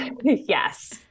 Yes